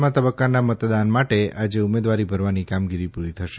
પાંચમા તબક્કાના મતદાન માટે આજે ઉમેદવારી ભરવાની કામગીરી પૂરી થશે